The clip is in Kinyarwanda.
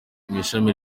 ishami